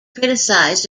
criticised